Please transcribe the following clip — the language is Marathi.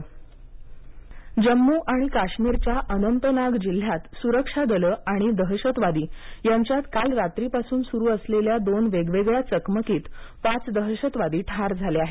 जम्म काश्मीर जम्मू आणि काश्मीरच्या अनंतनाग जिल्ह्यात सुरक्षा दलं आणि दहशतवादी यांच्यात काल रात्रीपासून सुरू असलेल्या दोन वेगवेगळ्या चकमकीत पाच दहशतवादी ठार झाले आहेत